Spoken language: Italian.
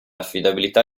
affidabilità